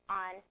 on